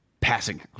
passing